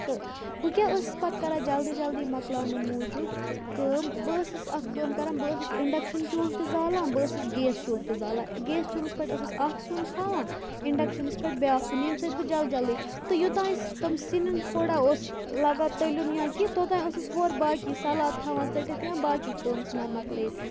تہٕ بہٕ کیٛاہ ٲسٕس پَتہٕ کَران جلدی جلدی مۅکلاونہٕ موٗجوٗب کٲم بہٕ ٲسٕس اکھ کٲم کَران بہٕ ٲسٕس اِنڈَیکشَن چوٗلہٕ تہِ زالان بہٕ ٲسٕس گیس چوٗلہٕ تہِ زالان گیس چوٗلَس پٮ۪ٹھ ٲسٕس اکھ سیُن تھاوان اِنڈَیکشَنَس پٮ۪ٹھ بیٛاکھ سِیُن ییٚمہِ سۭتۍ بہٕ جل جلٕے تہٕ یوٚتانۍ تِم سِنٮ۪ن تھوڑا اوس لگان تٔلیُن یا کیٚنٛہہ توٚتانۍ ٲسٕس ہورٕ باقٕے سَلاد تھاوان ژٔٹِتھ یا باقٕے کٲم ژھٕان مۄکلٲوِتھ